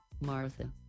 Martha